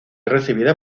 recibida